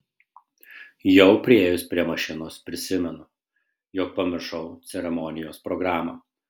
jau priėjus prie mašinos prisimenu jog pamiršau ceremonijos programą